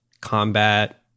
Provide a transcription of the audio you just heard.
combat